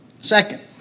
Second